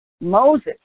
Moses